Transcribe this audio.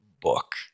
book